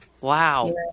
Wow